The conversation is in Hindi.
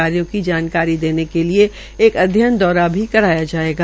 कार्यो की जानकारी देने के लिए एक अध्ययन दौरा भी कराया जायेगा